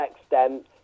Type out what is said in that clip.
extent